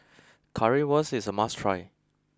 Currywurst is a must try